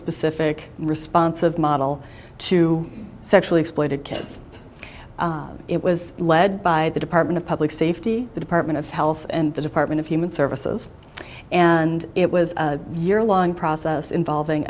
specific responsive model to sexually exploited kids it was led by the department of public safety the department of health and the department of human services and it was year long process involving